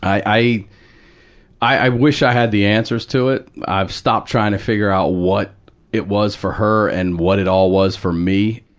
i i wish i had the answers to it. i've stopped trying to figure out what it was for her and what it all was for me.